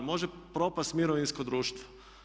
Može propasti mirovinsko društvo.